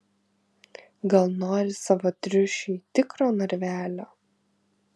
gal nori savo triušiui tikro narvelio